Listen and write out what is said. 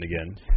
again